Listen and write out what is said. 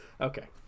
Okay